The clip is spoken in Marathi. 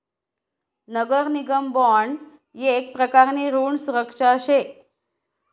नगर निगम बॉन्ड येक प्रकारनी ऋण सुरक्षा शे